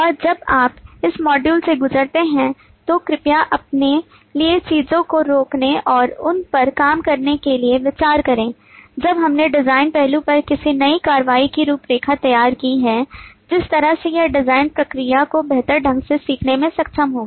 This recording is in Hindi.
और जब आप इस मॉड्यूल से गुजरते हैं तो कृपया अपने लिए चीजों को रोकने और उन पर काम करने के लिए विचार करें जब हमने डिजाइन पहलू पर किसी नई कार्रवाई की रूपरेखा तैयार की है जिस तरह से यह डिजाइन प्रक्रिया को बेहतर ढंग से सीखने में सक्षम होगा